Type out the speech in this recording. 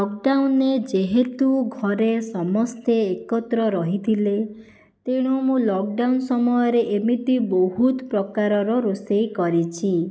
ଲକଡ଼ାଉନ୍ରେ ଯେହେତୁ ଘରେ ସମସ୍ତେ ଏକତ୍ର ରହିଥିଲେ ତେଣୁ ମୁଁ ଲକଡ଼ାଉନ୍ ସମୟରେ ଏମିତି ବହୁତ ପ୍ରକାରର ରୋଷେଇ କରିଛି